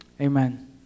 Amen